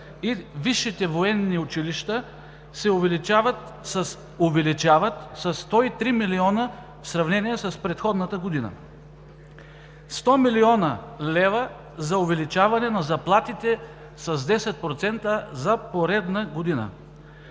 висшите военни училища се увеличават със 103 млн. лв. в сравнение с предходната година; 100 млн. лв. за увеличаване на заплатите с 10% за поредна година;